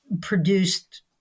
produced